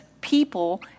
people